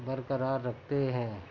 برقرار رکھتے ہیں